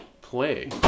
play